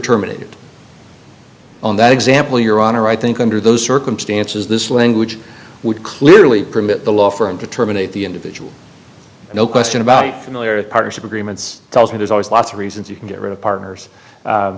terminated on that example your honor i think under those circumstances this language would clearly permit the law firm to terminate the individual no question about familiar partnership agreements tells me there's always lots of reasons you can get rid of partners